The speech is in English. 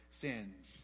sins